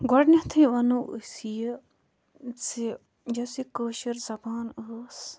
گۄڈنیٚتھٕے وَنو أسۍ یہِ زِ یۄس یہِ کٲشِر زَبان ٲس